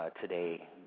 today